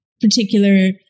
particular